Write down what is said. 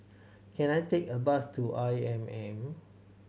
can I take a bus to I M M